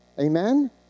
Amen